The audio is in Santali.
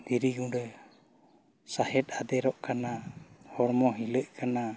ᱫᱷᱤᱨᱤ ᱜᱩᱰᱟᱹ ᱥᱟᱦᱮᱫ ᱟᱫᱮᱨᱚᱜ ᱠᱟᱱᱟ ᱦᱚᱲᱢᱚ ᱦᱤᱞᱟᱹᱜ ᱠᱟᱱᱟ